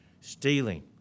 stealing